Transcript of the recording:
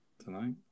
Tonight